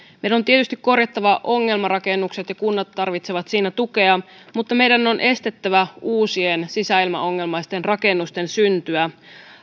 meidän on tietysti korjattava ongelmarakennukset ja kunnat tarvitsevat siinä tukea mutta meidän on myös estettävä uusien sisäilmaongelmaisten rakennusten syntyä